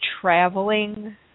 traveling